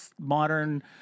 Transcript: modern